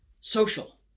social